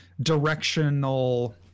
directional